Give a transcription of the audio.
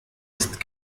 ist